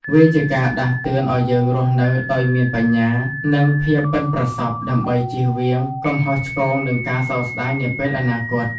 វាជាការដាស់តឿនឲ្យយើងរស់នៅដោយមានបញ្ញា និងភាពប៉ិនប្រសប់ ដើម្បីជៀសវាងកំហុសឆ្គង និងការសោកស្តាយនាពេលអនាគត។